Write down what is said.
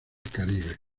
caribe